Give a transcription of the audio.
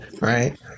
right